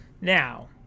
Now